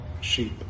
sheep